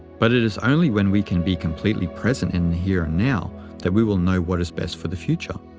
but it is only when we can be completely present in the here and now that we will know what is best for the future.